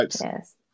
Yes